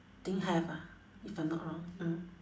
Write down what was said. think have ah if I'm not wrong mm